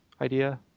idea